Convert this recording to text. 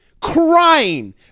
crying